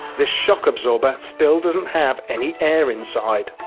this shock absorber still doesn't have any air inside.